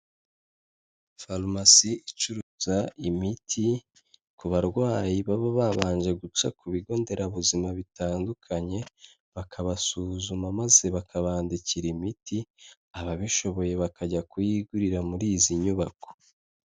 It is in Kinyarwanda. Farumasi icuruza imiti, ku barwayi baba babanje guca ku bigonderabuzima bitandukanye, bakabasuzuma maze bakabandikira imiti, ababishoboye bakajya kuyigurira muri izi nyubako.